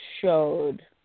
showed